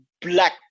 black